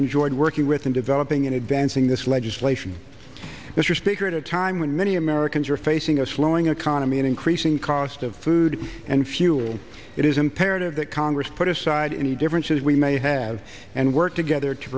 enjoyed working with in developing in advancing this legislation mr speaker at a time when many americans are facing a slowing economy and increasing cost of food and fuel it is imperative that congress put aside any differences we may have and work together to